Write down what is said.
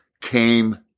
came